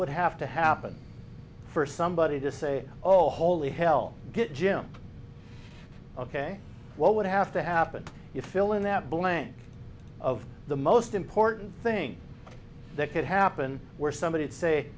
would have to happen for somebody to say oh holy hell get jim what would have to happen you fill in that blank of the most important thing that could happen where somebody say